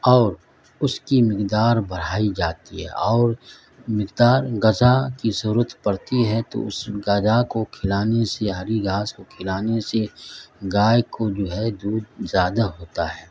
اور اس کی مقدار بڑھائی جاتی ہے اور مقدار غذا کی ضرورت پڑتی ہے تو اس غذا کو کھلانے سے ہری گھاس کو کھلانے سے گائے کو جو ہے دودھ زیادہ ہوتا ہے